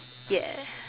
ya